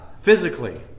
physically